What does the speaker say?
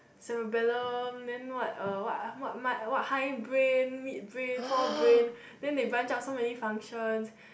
cerebellum then what uh what ah what high brain mid brain fore brain then they branch out so many function